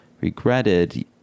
regretted